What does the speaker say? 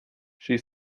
she